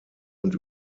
und